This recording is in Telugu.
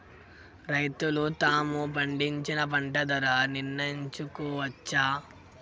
రైతులు తాము పండించిన పంట ధర నిర్ణయించుకోవచ్చా?